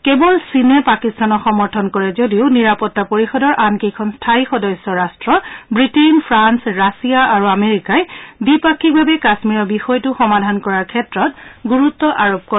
কোৱল চীনে পাকিস্তানক সমৰ্থন কৰে যদিও নিৰাপত্তা পৰিষদৰ আনকেইখন স্থায়ী সদস্য ৰাষ্ট ৱিটেইন ফ্ৰান্স ৰাছিয়া আৰু আমেৰিকাই দ্বিপাক্ষিকভাৱে কাশ্মীৰৰ বিষয়টো সমাধান কৰাৰ ক্ষেত্ৰত গুৰুত্ আৰোপ কৰে